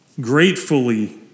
gratefully